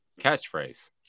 catchphrase